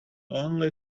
only